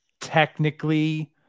technically